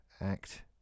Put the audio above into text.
Act